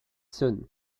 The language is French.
sonne